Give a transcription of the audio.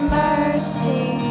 mercy